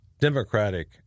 Democratic